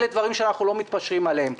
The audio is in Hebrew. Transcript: אלה דברים שאנחנו לא מתפשרים עליהם,